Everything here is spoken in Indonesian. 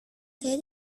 saya